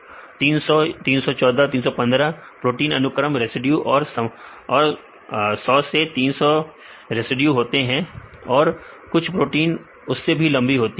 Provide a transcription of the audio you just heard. विद्यार्थी 300 300 314 315 प्रोटीन अनुक्रम रेसिड्यू और सम्मानित 100 से 300 रेसिड्यू होते हैं और कुछ प्रोटीन उस से भी लंबी होती है